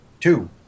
two